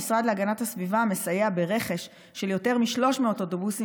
המשרד להגנת הסביבה מסייע ברכש של יותר מ-300 אוטובוסים